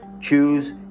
choose